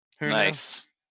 Nice